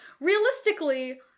realistically